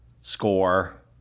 score